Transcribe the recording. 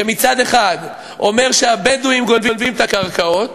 שמצד אחד אומרים שהבדואים גונבים את הקרקעות,